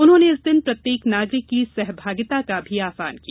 उन्होंने इस दिन प्रत्येक नागरिक की सहभागिता का भी आहवान किया